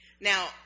Now